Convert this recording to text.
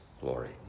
glory